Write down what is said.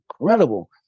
incredible